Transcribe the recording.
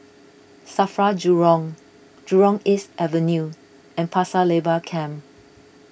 Safra Jurong Jurong East Avenue and Pasir Laba Camp